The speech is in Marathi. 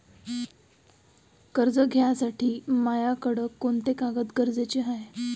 कर्ज घ्यासाठी मायाकडं कोंते कागद गरजेचे हाय?